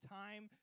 time